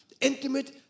intimate